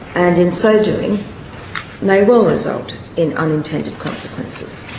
and in so doing may well result in unintended consequences.